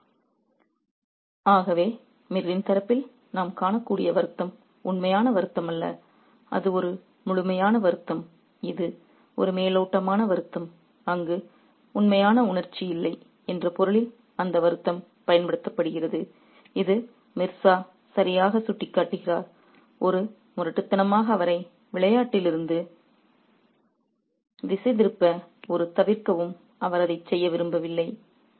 refer slide time 3744 ஆகவே மீரின் தரப்பில் நாம் காணக்கூடிய வருத்தம் உண்மையான வருத்தமல்ல அது ஒரு முழுமையான வருத்தம் இது ஒரு மேலோட்டமான வருத்தம் அங்கு உண்மையான உணர்ச்சி இல்லை என்ற பொருளில் அந்த வருத்தம் பயன்படுத்தப்படுகிறது என்று மிர்சா சரியாக சுட்டிக்காட்டுகிறார் ஒரு முரட்டுத்தனமாக அவரை விளையாட்டிலிருந்து திசைதிருப்ப ஒரு தவிர்க்கவும் அவர் அதை செய்ய விரும்பவில்லை